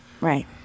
Right